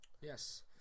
Yes